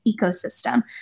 ecosystem